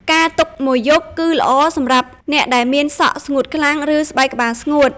ការទុកមួយយប់ គឺល្អសម្រាប់អ្នកដែលមានសក់ស្ងួតខ្លាំង ឬស្បែកក្បាលស្ងួត។